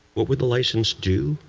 what would the license do?